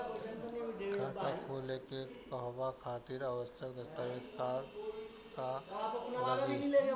खाता खोले के कहवा खातिर आवश्यक दस्तावेज का का लगी?